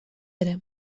ere